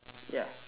ya